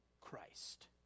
Christ